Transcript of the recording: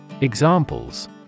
Examples